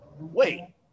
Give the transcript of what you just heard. wait